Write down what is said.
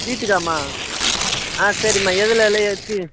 வீட்டுக்காம்மா ஆ சரிம்மா எதில் எல்லாம் ஏற்றி